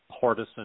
partisan